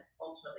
ultimately